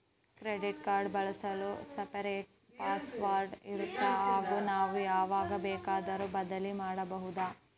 Credit card ಬಳಸಲು separate password ಇರುತ್ತಾ ಹಾಗೂ ನಾವು ಯಾವಾಗ ಬೇಕಾದರೂ ಬದಲಿ ಮಾಡಬಹುದಾ?